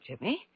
Jimmy